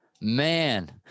man